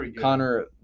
Connor